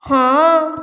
ହଁ